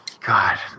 God